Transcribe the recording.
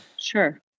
Sure